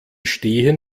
stehen